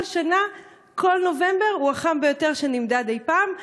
כל שנה כל נובמבר הוא החם ביותר שנמדד אי-פעם.